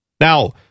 Now